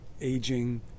aging